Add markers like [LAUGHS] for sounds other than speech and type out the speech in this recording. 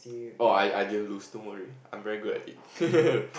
orh I I didn't lose don't worry I am very good at it [LAUGHS]